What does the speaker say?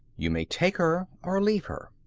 you may take her or leave her.